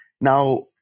Now